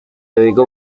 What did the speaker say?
dedicó